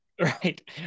right